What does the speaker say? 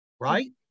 right